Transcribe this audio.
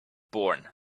born